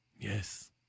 Yes